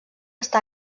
està